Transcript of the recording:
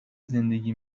زندگی